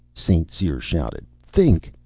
st. cyr shouted. think,